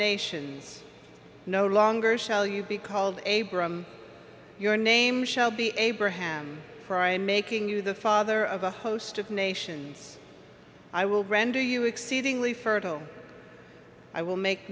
nations no longer shall you be called abraham your name shall be abraham prime making you the father of a host of nations i will render you exceedingly fertile i will make